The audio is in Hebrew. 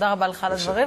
שלום,